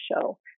show